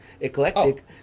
eclectic